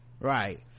right